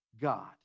God